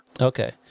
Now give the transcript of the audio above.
Okay